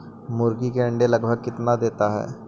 मुर्गी के अंडे लगभग कितना देता है?